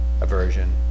aversion